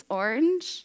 orange